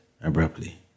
abruptly